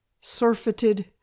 surfeited